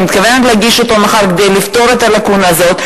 אני מתכוונת להגיש אותו מחר כדי לפתור את הלקונה הזאת.